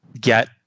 get